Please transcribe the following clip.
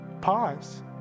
pause